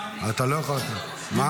אתה לא יכול --- אני עשר דקות, אדוני.